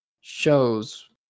shows